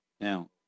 now